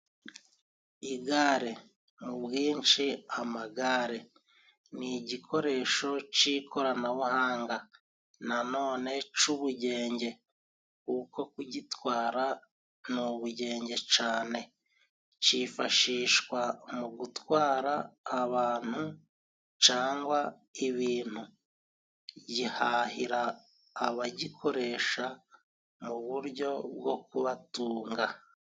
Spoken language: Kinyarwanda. Igare, mu bwinshi amagare: Ni igikoresho c'ikoranabuhanga, na none c'ubugenge, kuko kugitwara n' ubugenge cane, cifashishwa mu gutwara abantu, cangwa ibintu, gihahira abagikoresha mu buryo bwo kubatunga.